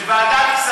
השר